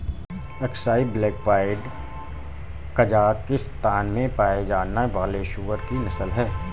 Aksai black pied Kazakhstan में पाया जाने वाली सूअर की नस्ल है